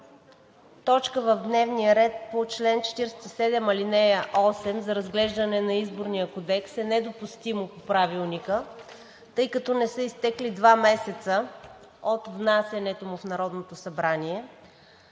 точка в дневния ред по чл. 47, ал. 8 за разглеждане на Изборния кодекс е недопустимо в Правилника, тъй като не са изтекли два месеца от внасянето му в Народното събрание,